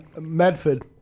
Medford